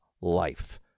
life